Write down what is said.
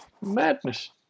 Madness